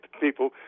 people